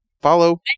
follow